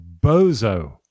bozo